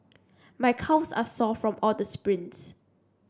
my calves are sore from all the sprints